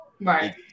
Right